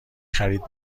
خرید